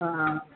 ஆ ஆ